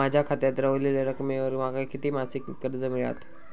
माझ्या खात्यात रव्हलेल्या रकमेवर माका किती मासिक कर्ज मिळात?